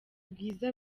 bwiza